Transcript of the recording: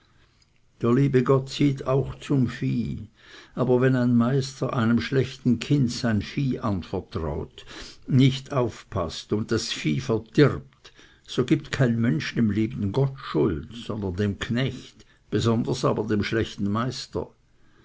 der liebe gott sieht auch zum vieh aber wenn ein meister einem schlechten knecht sein vieh anvertraut nicht aufpaßt und das vieh verdirbt so gibt kein mensch dem lieben gott schuld sondern dem knecht besonders aber dem schlechten meister